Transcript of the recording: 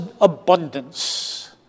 abundance